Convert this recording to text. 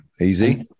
Easy